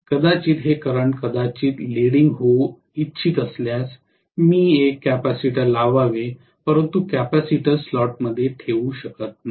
कदाचित हे करंट कदाचित लिडिंग होऊ इच्छित असल्यास मी एक कॅपेसिटर लावावे परंतु कॅपेसिटर स्लॉटमध्ये ठेवू शकत नाही